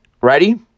ready